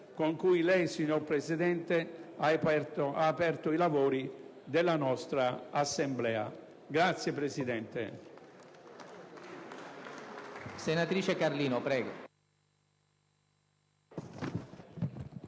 con cui lei, signor Presidente, ha aperto i lavori della nostra Assemblea. *(Applausi.